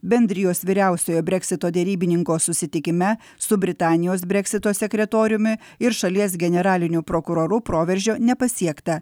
bendrijos vyriausiojo breksito derybininkų susitikime su britanijos breksito sekretoriumi ir šalies generaliniu prokuroru proveržio nepasiekta